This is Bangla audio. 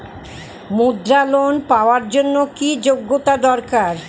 মুদ্রা লোন পাওয়ার জন্য কি যোগ্যতা দরকার?